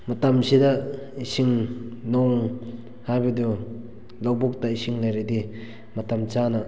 ꯃꯇꯝꯁꯤꯗ ꯏꯁꯤꯡ ꯅꯣꯡ ꯍꯥꯏꯕꯗꯣ ꯂꯧꯕꯨꯛꯇ ꯏꯁꯤꯡ ꯂꯩꯔꯗꯤ ꯃꯇꯝ ꯆꯥꯅ